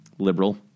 liberal